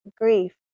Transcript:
grief